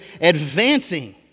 advancing